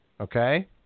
Okay